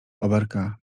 oberka